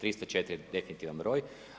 304 je definitivan broj.